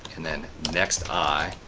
and then next i.